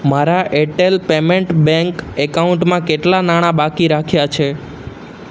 મારા Airtel payment bank અકાઉન્ટમાં કેટલાં નાણા બાકી રાખ્યા છે